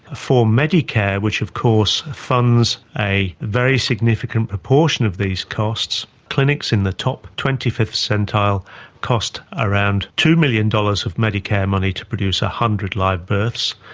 ah for medicare, which of course funds a very significant proportion of these costs, clinics in the top twenty fifth centile cost around two million dollars of medicare money to produce one ah hundred live births,